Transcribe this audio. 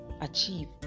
achieve